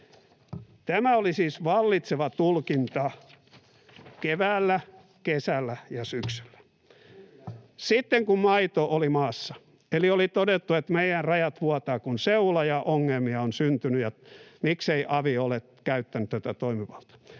Tämä oli siis vallitseva tulkinta keväällä, kesällä ja syksyllä. [Vasemmalta: Juuri näin!] Sitten kun maito oli maassa eli oli todettu, että meidän rajat vuotavat kuin seula ja ongelmia on syntynyt — miksei avi ole käyttänyt tätä toimivaltaa